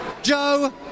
Joe